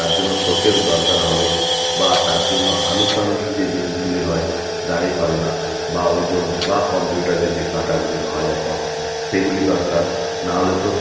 তার জন্য শোকেস দরকার হবে বা তার জন্য আনুষাঙ্গিক যে জিনিসগুলি হয় দাঁড়িপাল্লা বা ওজন বা কম্পিউটারে যে কাঁটাগুলি হয় এখন সেগুলি দরকার নাহলে তো